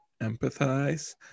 empathize